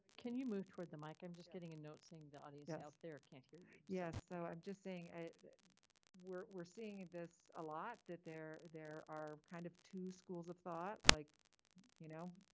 can you move toward the mic? i'm just getting a note saying the audience out there can't hear yes. so i'm just saying i we're seeing this a lot that they're there are kind of two schools of thought like you know,